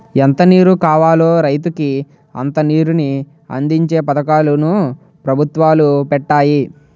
ఎంత నీరు కావాలో రైతుకి అంత నీరుని అందించే పథకాలు ను పెభుత్వాలు పెట్టాయి